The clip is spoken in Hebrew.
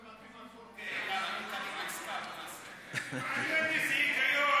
אנחנו מוותרים על מעניין איזה היגיון,